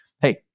hey